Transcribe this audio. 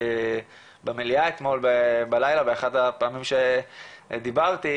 במליאה אתמול, בלילה, באחת הפעמים שדיברתי.